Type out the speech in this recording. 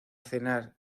cenar